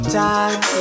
time